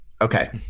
Okay